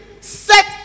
set